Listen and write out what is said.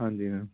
ਹਾਂਜੀ ਮੈਮ